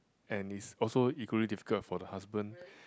and it's also equally difficult for the husband